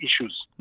issues